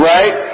Right